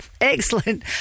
Excellent